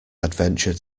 adventure